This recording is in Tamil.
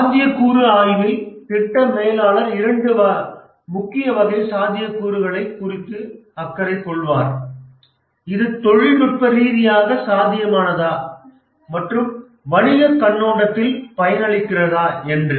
சாத்தியக்கூறு ஆய்வில் திட்ட மேலாளர் இரண்டு முக்கிய வகை சாத்தியக்கூறுகளை குறித்து அக்கறை கொள்வார் இது தொழில்நுட்ப ரீதியாக சாத்தியமானதா மற்றும் வணிகக் கண்ணோட்டத்தில் பயனளிக்கிறதா என்று